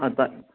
ꯇꯥꯏ